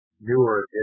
newer